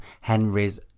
Henry's